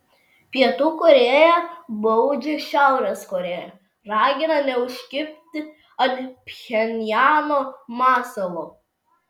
pietų korėja baudžia šiaurės korėją ragina neužkibti ant pchenjano masalo